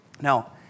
Now